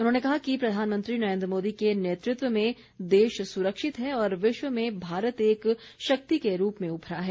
उन्होंने कहा कि प्रधानमंत्री नरेन्द्र मोदी के नेतृत्व में देश सुरक्षित है और विश्व में भारत एक शक्ति के रूप में उभरा है